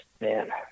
man